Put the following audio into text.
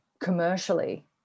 commercially